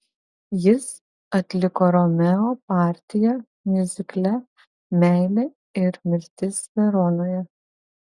jis atliko romeo partiją miuzikle meilė ir mirtis veronoje